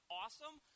awesome